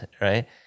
right